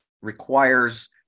Requires